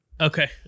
okay